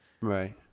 right